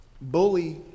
bully